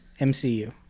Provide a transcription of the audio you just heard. MCU